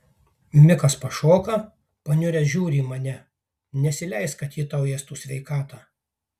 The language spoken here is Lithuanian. mikas pašoka paniuręs žiūri į mane nesileisk kad ji tau ėstų sveikatą